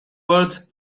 words